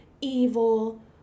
Evil